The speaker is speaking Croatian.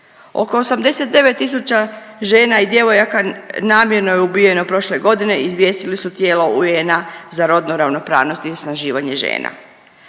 Oko 89 tisuća žena i djevojaka namjerno je ubijeno prošle godine, izvijestili su tijela UN-a za rodnu ravnopravnost i osnaživanje žena.